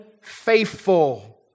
faithful